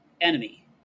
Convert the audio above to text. enemy